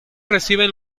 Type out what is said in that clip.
reciben